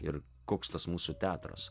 ir koks tas mūsų teatras